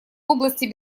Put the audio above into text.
области